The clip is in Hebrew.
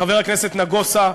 חבר הכנסת נגוסה,